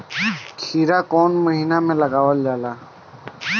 खीरा कौन महीना में लगावल जाला?